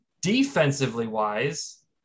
Defensively-wise